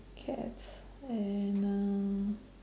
cat and uh